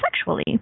sexually